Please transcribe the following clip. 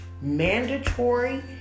mandatory